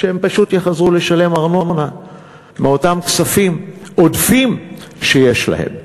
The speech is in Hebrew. שהם פשוט יחזרו לשלם ארנונה מאותם כספים עודפים שיש להם.